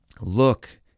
Look